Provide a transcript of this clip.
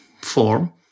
form